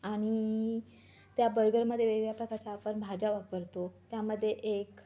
आणि त्या बर्गरमध्ये वेगळ्या वेगळ्या प्रकारच्या आपण भाज्या वापरतो त्यामध्ये एक